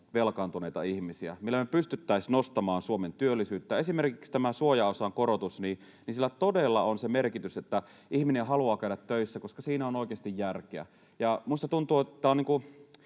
velkaantuneita ihmisiä ja millä me pystyisimme nostamaan Suomen työllisyyttä. Esimerkiksi tämä suojaosan korotus: sillä todella on se merkitys, että ihminen haluaa käydä töissä, koska siinä on oikeasti järkeä. Ja minusta tämä tuntuu